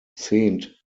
zehnt